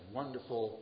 wonderful